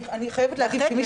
והיו דיונים